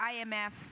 imf